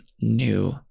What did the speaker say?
new